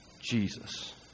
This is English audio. Jesus